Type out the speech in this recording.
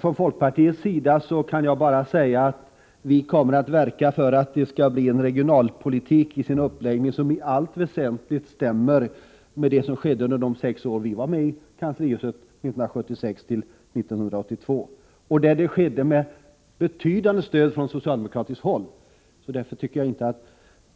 Från folkpartiets sida kommer vi att verka för att det skall bli en regionalpolitik som till sin uppläggning i allt väsentligt stämmer överens med det som skedde under de sex år vi satt i regeringsställning 1976-1982. Det skedde med betydande stöd från socialdemokratiskt håll. Därför tycker jag inte att